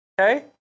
Okay